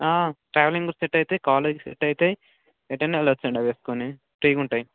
ట్రావెలింగుకు set అవుతాయి కాలేజికు set అవుతాయి ఎటు అయిన వెళ్ళచ్చు అండి అవి వేసుకొని ఫ్రీగా ఉంటాయి